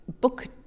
book